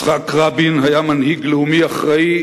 יצחק רבין היה מנהיג לאומי אחראי,